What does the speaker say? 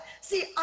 See